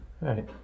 right